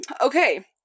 Okay